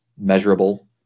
measurable